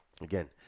Again